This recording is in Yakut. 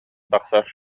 тахсар